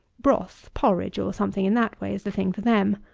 broth, porridge, or something in that way, is the thing for them.